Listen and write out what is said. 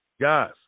guys